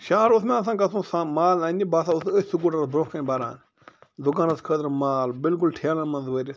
شہر اوس مےٚ آسان گژھُن آسان مال اَننہِ بہٕ ہسا اوسُس أتھۍ سکوٗٹرس برٛونٛہہ کٔنۍ بھران دُکانَس خٲطرٕ مال بالکل ٹھیلَن منٛز بھٔرِتھ